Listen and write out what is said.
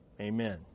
amen